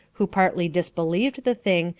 who partly disbelieved the thing,